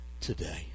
Today